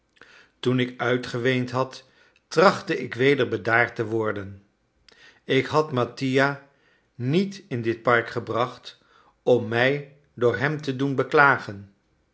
toen ik uitgeweend had trachtte ik weder bedaard te worden ik had mattia niet in dit park gebracht om mij door hem te doen beklagen